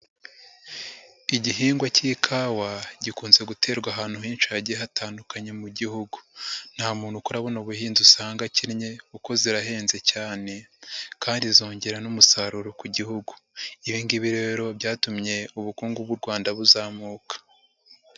Igihingwa cy'ikawa gikunze guterwa ahantu henshi hagiye hatandukanye mu gihugu, nta muntu ukora buno buhinzi usanga akennye kuko zirahenze cyane, kandi zongera n'umusaruro ku gihugu, ibingibi rero byatumye ubukungu bw'u Rwanda buzamuka.